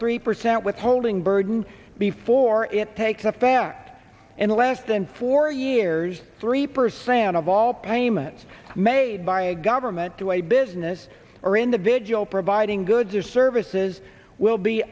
three percent withholding burden before it takes a fat in less than four years three percent of all payments made by a government to a business or individual providing goods or services will be